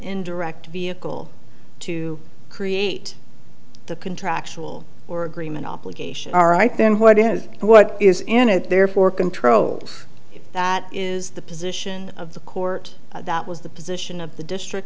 indirect vehicle to create the contractual or agreement obligation all right then what is and what is in it therefore controls that is the position of the court that was the position of the district